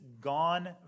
gone